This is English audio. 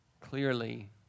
clearly